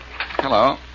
Hello